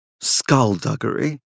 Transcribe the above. skullduggery